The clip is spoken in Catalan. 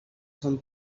són